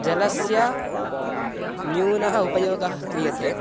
जलस्य न्यूनः उपयोगः क्रियते